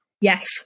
Yes